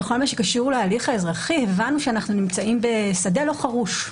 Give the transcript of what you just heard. בכל מה שקשור להליך האזרחי הבנו שאנחנו נמצאים בשדה לא חרוש.